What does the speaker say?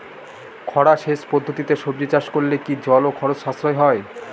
খরা সেচ পদ্ধতিতে সবজি চাষ করলে কি জল ও খরচ সাশ্রয় হয়?